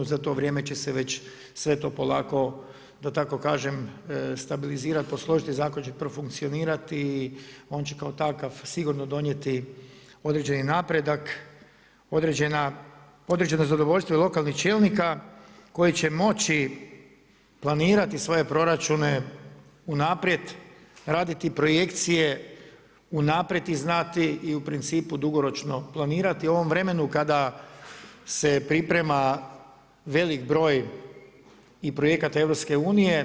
Za to vrijeme će se već sve to polako da tako kažem stabilizirati, posložiti, zakon će profunkcionirati i on će kao takav sigurno donijeti određeni napredak, određeno nezadovoljstvo i lokalnih čelnika koji će moći planirati svoje proračune unaprijed, raditi projekcije unaprijed i znati i u principu dugoročno planirati u ovom vremenu kada se priprema velik broj i projekata EU.